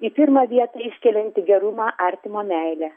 į pirmą vietą iškeliantį gerumą artimo meilę